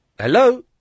Hello